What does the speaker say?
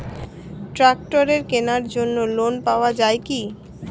ট্রাক্টরের কেনার জন্য লোন পাওয়া যায় কি?